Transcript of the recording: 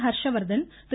Harshvardhan Thiru